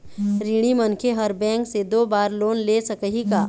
ऋणी मनखे हर बैंक से दो बार लोन ले सकही का?